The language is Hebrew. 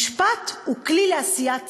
משפט הוא כלי לעשיית צדק,